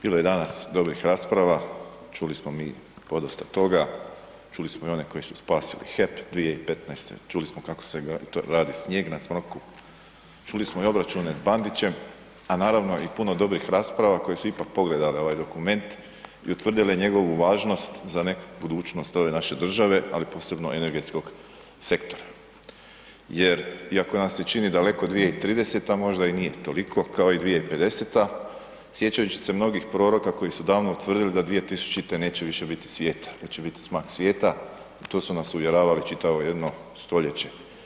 Bilo je danas dobrih rasprava, čuli smo mi podosta toga, čuli smo i one koji su spasili HEP 2015., čuli smo kako se radi snijeg na CMROK-u, čuli smo i obračune s Bandićem a naravno i puno dobrih rasprava koje su ipak pogledale ovaj dokument i utvrdile njegovu važnost za neku budućnost ove naše države ali posebno energetskog sektora jer iako nam se čini daleko 2030. možda i nije toliko kao i 2050., sjećajući se mnogi proroka koji su davno utvrdili da 2000. neće više biti svijeta, da će biti smak svijeta, to su nas uvjeravali čitavo jedno stoljeće.